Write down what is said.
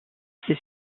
ses